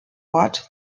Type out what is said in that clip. ort